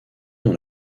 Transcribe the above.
dans